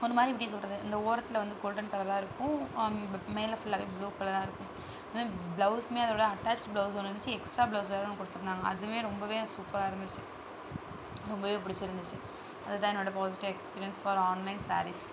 ஒன்று மாதிரி எப்படி சொல்கிறது இந்த ஓரத்தில் வந்து கோல்டன் கலராக இருக்கும் மேலே ஃபுல்லாகவே புளூ கலராக இருக்கும் பிளவுஸ் அதோடய அட்டாச்சுடு பிளவுஸ் ஒன்று இருந்துச்சு எக்ஸ்ட்ரா பிளவுஸ் வேற ஒன்று கொடுத்துருந்தாங்க அதுவுமே ரொம்ப சூப்பராக இருந்துச்சு ரொம்ப பிடிச்சுருந்துச்சி அது தான் என்னோடய positive experience for online saris